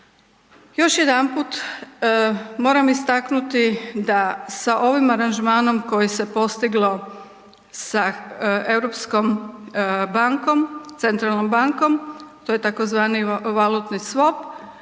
Još jedanput moram istaknuti da sa ovim aranžmanom koji se postiglo sa europskom bankom, Centralnom bankom, to je tzv. valutni swap,